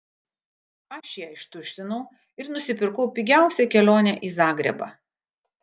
aš ją ištuštinau ir nusipirkau pigiausią kelionę į zagrebą